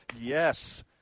yes